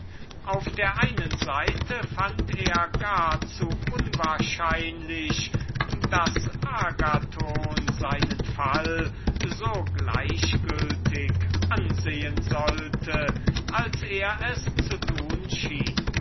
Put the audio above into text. auf der einen seite die unwahrscheinlichkeit daß agathon seinen fall würklich so gleichgültig ansehen könne als er es zu tun schien